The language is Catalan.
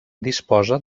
disposa